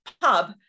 pub